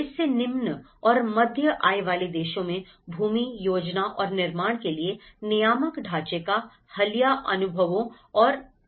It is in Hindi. इससे निम्न और मध्यम आय वाले देशों में भूमि योजना और निर्माण के लिए नियामक ढांचे का हालिया अनुभवों पर आधारित किया गया है